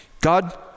God